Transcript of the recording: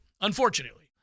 unfortunately